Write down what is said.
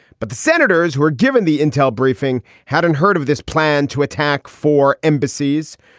but the senators were given the intel briefing, hadn't heard of this plan to attack four embassies.